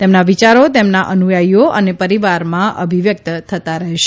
તેમના વિચારો તેમના અનુથાથીઓ અને પરિવારમાં અભિવ્યકત થતા રહેશે